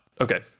Okay